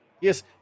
Yes